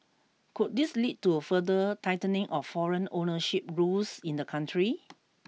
could this lead to further tightening of foreign ownership rules in the country